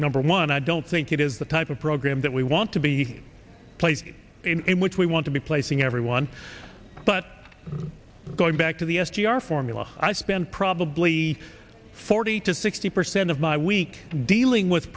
number one i don't think it is the type of program that we want to be a place in which we want to be placing everyone but going back to the s g r formula i spend probably forty to sixty percent of my week dealing with